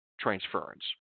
Transference